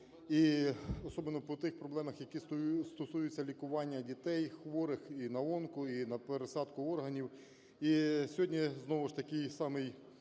І особливо по тих проблемах, які стосуються лікування дітей хворих і на онко, і на пересадку органів. І сьогодні знову ж такий самий